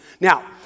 Now